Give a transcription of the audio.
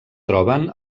troben